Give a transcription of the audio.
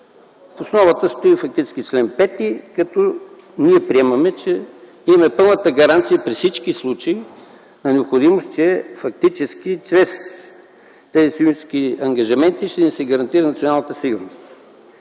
В основата стои фактически чл. 5 като ние приемаме, че имаме пълната гаранция при всички случаи на необходимост, че фактически чрез тези съюзнически ангажименти, ще ни се гарантира националната сигурност.